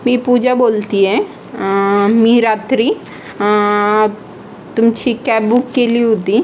मी पूजा बोलते आहे मी रात्री तुमची कॅब बुक केली होती